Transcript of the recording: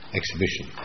exhibition